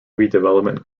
redevelopment